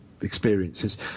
experiences